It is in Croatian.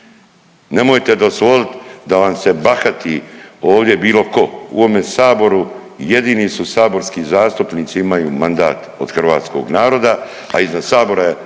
Nemojte dozvolit da vam se bahati ovdje bilo ko, u ovome Saboru jedini su saborski zastupnici imaju mandat od hrvatskog naroda, a iznad Sabora je